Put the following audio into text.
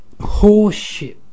horseshit